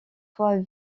fois